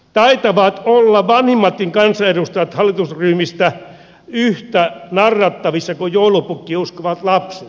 taitavat olla vanhimmatkin kansanedustajat hallitusryhmistä yhtä narrattavissa kuin joulupukkiin uskovat lapset